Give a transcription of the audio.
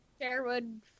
Sherwood